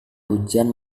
ujian